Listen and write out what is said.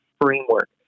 framework